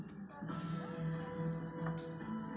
Sir ನನ್ನ ಅಪ್ಪಾರ ಹೆಸರಿನ್ಯಾಗ್ ಪಹಣಿ ಐತಿ ನನಗ ಸಾಲ ಕೊಡ್ತೇರಾ?